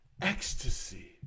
Ecstasy